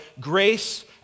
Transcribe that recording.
grace